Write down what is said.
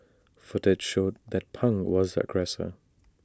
footage showed that pang was the aggressor